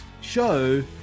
show